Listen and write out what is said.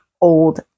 old